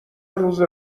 روز